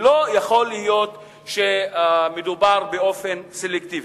ולא יכול להיות שמדובר באופן סלקטיבי.